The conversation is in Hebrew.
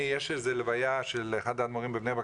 יש איזה לוויה של אחד האדמו"רים בבני בברק,